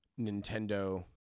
Nintendo